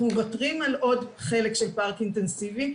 אנחנו מוותרים על עוד חלק של פארק אינטנסיבי,